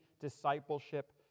discipleship